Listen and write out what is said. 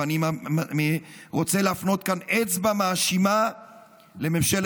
ואני רוצה להפנות כאן אצבע מאשימה לממשלת